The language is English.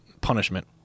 punishment